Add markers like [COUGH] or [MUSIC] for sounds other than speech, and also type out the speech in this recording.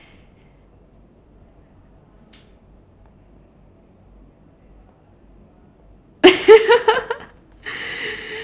[LAUGHS]